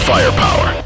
Firepower